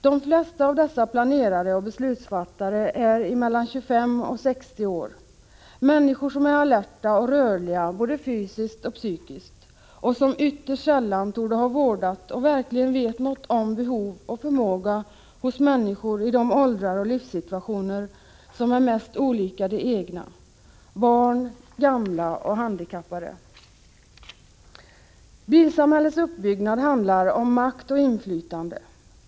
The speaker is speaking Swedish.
De flesta av dessa planerare och beslutsfattare är mellan 25 och 60 år, människor som är alerta och rörliga, både fysiskt och psykiskt, och som ytterst sällan torde ha vårdat och verkligen vet något om behov och förmåga hos människor i de åldrar och livssituationer som är mest olika de egna — barn, gamla och handikappade. Bilsamhällets uppbyggnad handlar om makt och inflytande.